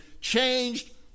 changed